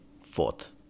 fourth